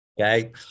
Okay